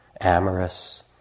amorous